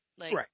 Right